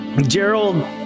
Gerald